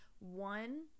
one